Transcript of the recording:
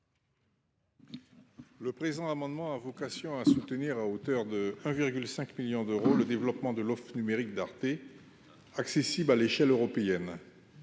Cet amendement vise à soutenir, à hauteur de 1,5 million d’euros, le développement de l’offre numérique d’Arte, accessible à l’échelle européenne.